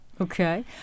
Okay